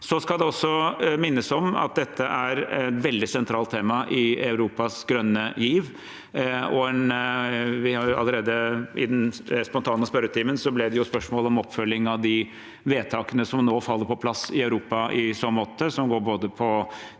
Det skal også minnes om at dette er et veldig sentralt tema i Europas grønne giv. I den spontane spørretimen ble det spørsmål om oppfølging av de vedtakene som nå faller på plass i Europa i så måte, som går på